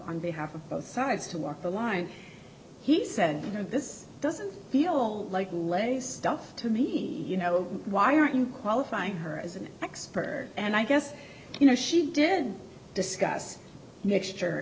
on behalf of both sides to walk the line he said you know this doesn't feel like lays stuff to me you know why aren't you qualifying her as an expert and i guess you know she did discuss mixture